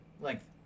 length